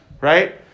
right